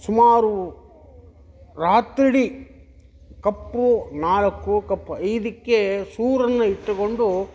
ಸುಮಾರು ರಾತ್ರಿ ಇಡೀ ಕಪ್ಪು ನಾಲ್ಕು ಕಪ್ ಐದಕ್ಕೆ ಸೂರನ್ನು ಇಟ್ಟಕೊಂಡು